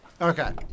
Okay